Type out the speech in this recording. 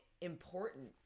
important